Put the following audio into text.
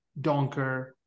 Donker